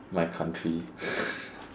my country